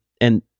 And-